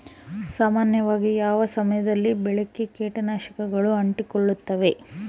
ಸಾಮಾನ್ಯವಾಗಿ ಯಾವ ಸಮಯದಲ್ಲಿ ಬೆಳೆಗೆ ಕೇಟನಾಶಕಗಳು ಅಂಟಿಕೊಳ್ಳುತ್ತವೆ?